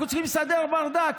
אנחנו צריכים לסדר ברדק,